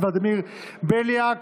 לוועדת העבודה והרווחה נתקבלה.